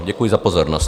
Děkuji za pozornost.